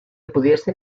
pudiese